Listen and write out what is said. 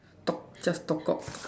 talk just talk cock